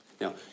Now